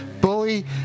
bully